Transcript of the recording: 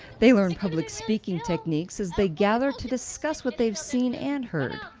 they learn public speaking techniques as they gather to discuss what they've seen and heard.